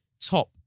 top